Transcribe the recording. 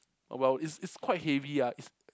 well it's it's quite heavy ah it's